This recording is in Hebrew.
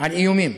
על איומים.